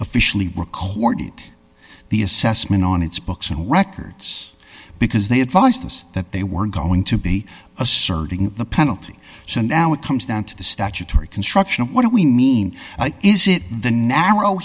officially recorded the assessment on its books and records because they advised us that they were going to be asserting the penalty so now it comes down to the statutory construction what do we mean is it the narrow